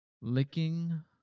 licking